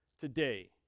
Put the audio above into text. today